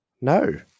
No